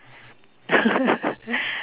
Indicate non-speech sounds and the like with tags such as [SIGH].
[LAUGHS]